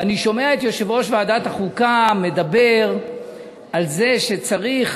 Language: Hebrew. ואני שומע את יושב-ראש ועדת החוקה מדבר על זה שצריך,